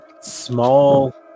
small